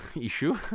issue